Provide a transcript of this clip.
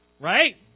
right